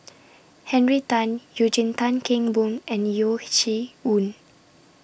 Henry Tan Eugene Tan Kheng Boon and Yeo Shih Yun